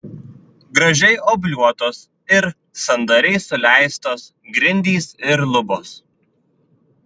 gražiai obliuotos ir sandariai suleistos grindys ir lubos